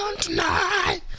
tonight